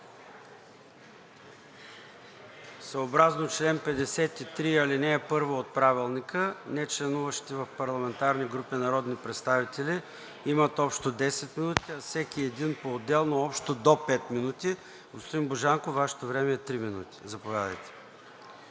Съобразно чл. 53, ал. 1 от Правилника нечленуващите в парламентарни групи народни представители имат общо 10 минути, а всеки един поотделно – общо до пет минути. Господин Божанков, Вашето време е три минути до пет. Заповядайте.